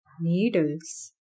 Needles